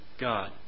God